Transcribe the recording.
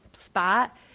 spot